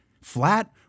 flat